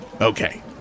Okay